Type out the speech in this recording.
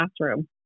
classroom